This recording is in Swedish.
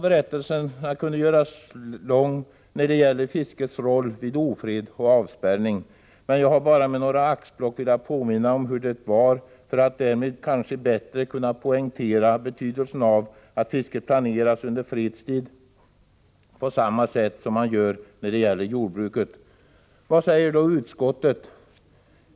Berättelsen kunde göras lång när det gäller fiskets roll vid ofred och avspärrning, men jag har bara med några axplock velat påminna om hur det var för att därmed kanske bättre kunna framhäva betydelsen av att fisket planeras under fredstid, som man gör när det gäller jordbruket. Vad säger då utskottet?